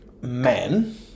men